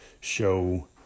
show